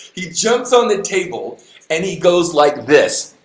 he jumps on the table and he goes like this,